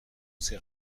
sais